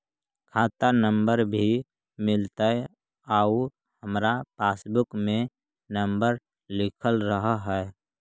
खाता नंबर भी मिलतै आउ हमरा पासबुक में नंबर लिखल रह है?